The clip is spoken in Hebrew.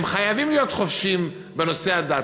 הם חייבים להיות חופשיים בנושא הדת.